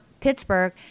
Pittsburgh—